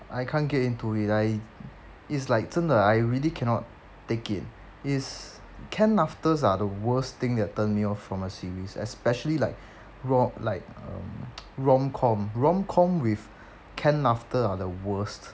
I can't get into it I it's like 真的 I really cannot take it it's canned laughters are the worst thing that turned me off from a series especially like ro~ like uh rom com rom com with canned laughter are the worst